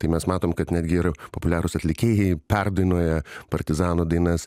tai mes matom kad netgi ir populiarūs atlikėjai perdainuoja partizanų dainas